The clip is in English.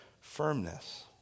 firmness